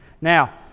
Now